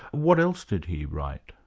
what else did he write?